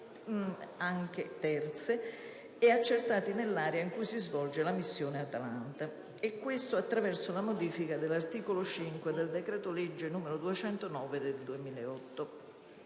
anche terze, e accertati nell'area in cui si svolge la missione Atalanta. Questo avviene attraverso la modifica dell'articolo 5 del decreto-legge n. 209 del 2008.